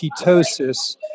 ketosis